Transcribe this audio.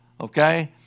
okay